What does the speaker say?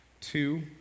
Two